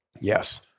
Yes